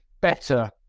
better